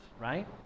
right